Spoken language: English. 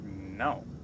no